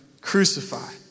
crucify